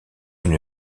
une